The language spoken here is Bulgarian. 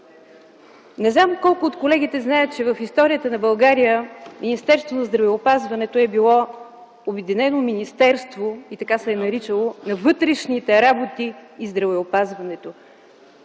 Не знам колко от колегите знаят, че в историята на България Министерството на здравеопазването е било обединено министерство и така се е наричало - на вътрешните работи и здравеопазването.